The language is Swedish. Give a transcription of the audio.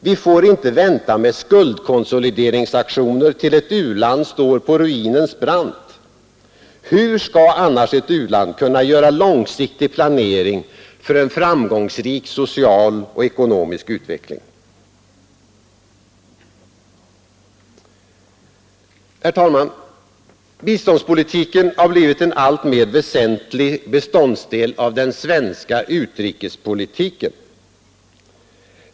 Vi får inte vänta med skuldkonsolideringsaktioner tills ett u-land står på ruinens brant. Hur skall annars ett u-land kunna göra långsiktig planering för en framgångsrik social och ekonomisk utveckling? Herr talman! Biståndspolitiken har blivit en alltmer väsentlig beståndsdel av den svenska utrikespolitiken.